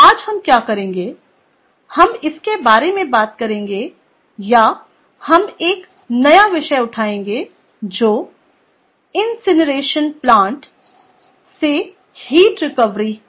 आज हम क्या करेंगे हम इसके बारे में बात करेंगे या हम एक नया विषय उठाएंगे जो इंकिनरेशन प्लांट्स से हीट रिकवरी है